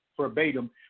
verbatim